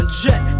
jet